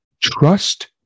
trust